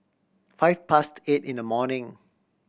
five past eight in the morning